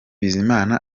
bizimana